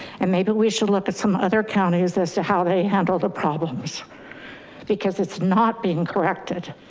and maybe we should look at some other counties as to how they handled the problems because it's not being corrected.